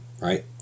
right